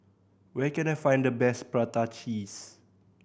where can I find the best prata cheese